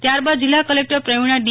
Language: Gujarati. ત્યારબાદ જિલ્લા કલેકટર પ્રવિણા ડી